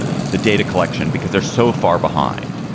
the data collection because they're so far behind,